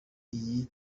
iyi